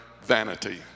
vanity